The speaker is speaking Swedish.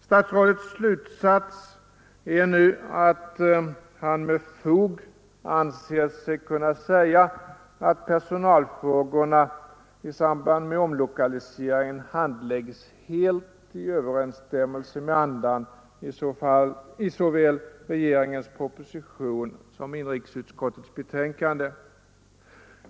Statsrådet anser sig med fog kunna säga att personalfrågorna i samband med omlokaliseringen handläggs helt i överensstämmelse med andan i såväl regeringens proposition som inrikesutskottets betänkande.